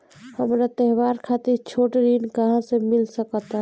हमरा त्योहार खातिर छोट ऋण कहाँ से मिल सकता?